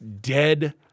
dead